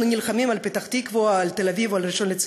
נלחמים על פתח-תקווה או על תל-אביב או על ראשון-לציון,